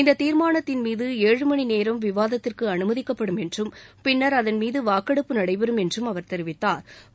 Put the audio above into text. இந்த தீர்மானத்தின் மீது ஏழு மணி நேரம் விவாதத்திற்கு அனுமதிக்கப்படும் என்றும் பின்னர் அதன்மீது வாக்கெடுப்பு நடைபெறும் என்றும் அவர் தெரிவித்தாா்